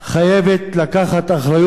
חייבת לקחת אחריות,